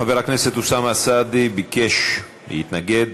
חבר הכנסת אוסאמה סעדי ביקש להתנגד.